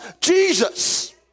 jesus